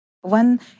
One